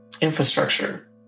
Infrastructure